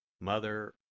Mother